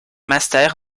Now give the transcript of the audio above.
master